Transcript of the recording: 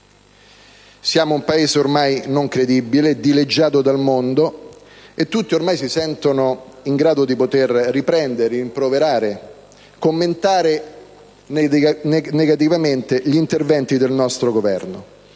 Siamo un Paese ormai non credibile, dileggiato dal mondo e tutti ormai si sentono in grado di poter riprendere, rimproverare e commentare negativamente gli interventi del nostro Governo.